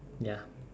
ya